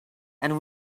and